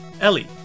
Ellie